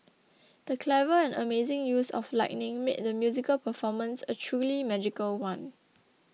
the clever and amazing use of lighting made the musical performance a truly magical one